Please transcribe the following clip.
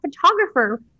photographer